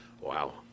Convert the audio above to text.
Wow